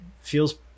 feels